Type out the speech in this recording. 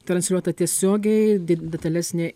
transliuota tiesiogiai detalesnė